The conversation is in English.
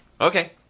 Okay